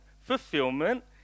fulfillment